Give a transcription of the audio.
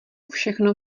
všechno